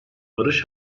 barış